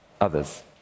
others